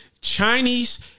Chinese